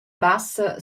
bassa